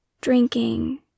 drinking